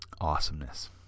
Awesomeness